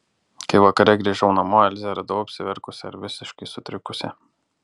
kai vakare grįžau namo elzę radau apsiverkusią ir visiškai sutrikusią